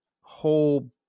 whole